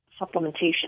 supplementation